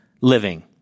living